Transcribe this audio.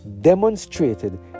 demonstrated